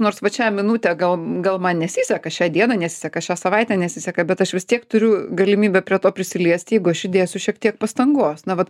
nors vat šią minutę gal gal man nesiseka šią dieną nesiseka šią savaitę nesiseka bet aš vis tiek turiu galimybę prie to prisiliesti jeigu aš įdėsiu šiek tiek pastangos na vat